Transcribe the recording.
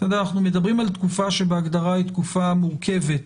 אנחנו מדברים על תקופה שבהגדרה היא תקופה מורכבת